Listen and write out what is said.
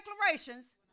declarations